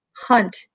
hunt